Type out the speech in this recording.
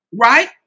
right